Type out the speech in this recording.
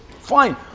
Fine